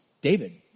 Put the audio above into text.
David